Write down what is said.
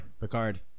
Picard